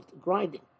grinding